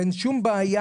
ואין שום בעיה,